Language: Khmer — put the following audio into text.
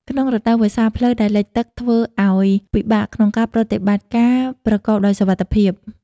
ក្នុងរដូវវស្សា ផ្លូវដែលលិចទឹកធ្វើឱ្យពិបាកក្នុងប្រតិបត្តិការប្រកបដោយសុវត្ថិភាព។